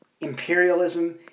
imperialism